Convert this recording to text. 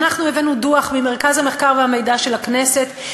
אנחנו הבאנו דוח ממרכז המחקר והמידע של הכנסת,